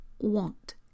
want